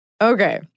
okay